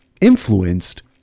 influenced